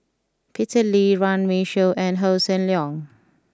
Peter Lee Runme Shaw and Hossan Leong